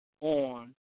on